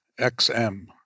XM